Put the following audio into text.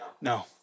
No